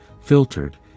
filtered